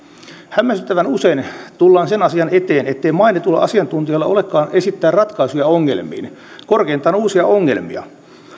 hämmästyttävän usein tullaan sen asian eteen ettei mainituilla asiantuntijoilla olekaan esittää ratkaisuja ongelmiin korkeintaan uusia ongelmia